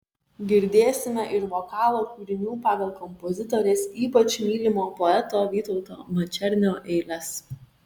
girdėsime ir vokalo kūrinių pagal kompozitorės ypač mylimo poeto vytauto mačernio eiles